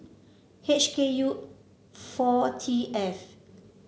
H K U four T F